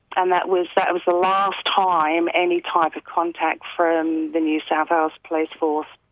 and that was that was the last time any type of contact from the new south wales police force.